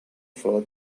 for